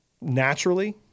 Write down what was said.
naturally